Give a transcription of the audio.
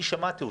אני שמעתי אתכם.